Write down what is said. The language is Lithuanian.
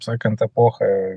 sakant epochą